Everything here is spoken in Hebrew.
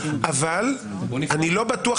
אבל אני לא בטוח